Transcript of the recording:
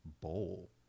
bowl